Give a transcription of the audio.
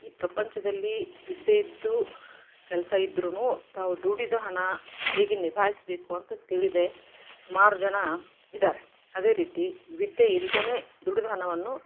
ಈ ಪ್ರಪಂಚದಲ್ಲಿ ವಿದ್ಯೆ ಇದ್ದು ಕೆಲಸ ಇದ್ರೂ ತಾವು ದುಡಿದ ಹಣ ಹೇಗೆ ನಿಭಾಯಿಸಬೇಕು ಅಂತ ತಿಳಿದೆ ಸುಮಾರು ಜನ ಇದ್ದಾರೆ ಅದೇ ರೀತಿ ವಿದ್ಯೆ ಇಲ್ದೇ ದುಡಿದ ಹಣವನ್ನು